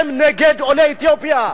הם נגד עולי אתיופיה.